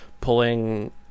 Pulling